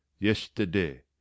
yesterday